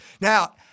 Now